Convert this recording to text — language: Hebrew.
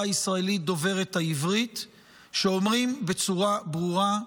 הישראלית דוברת העברית שאומרים בצורה ברורה: